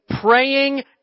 praying